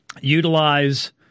utilize